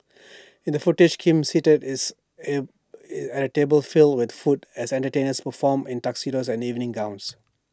in the footage Kim seated is at A table filled with food as entertainers perform in tuxedos and evening gowns